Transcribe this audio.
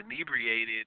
inebriated